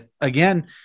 Again